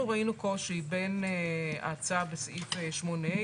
אנחנו ראינו קושי בין ההצעה בסעיף 8ה